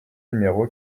numéro